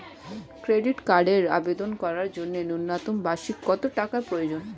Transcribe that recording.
Credit কার্ডের আবেদন করার জন্য ন্যূনতম বার্ষিক কত টাকা প্রয়োজন?